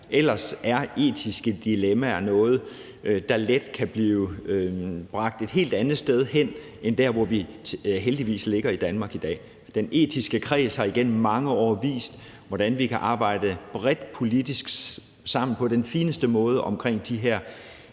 Ellers er etiske dilemmaer noget, der let kan blive bragt et helt andet sted hen end der, hvor vi heldigvis ligger i Danmark i dag. Den etiske kreds har igennem mange år vist, hvordan vi politisk kan arbejde bredt sammen på den fineste måde omkring de her